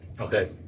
Okay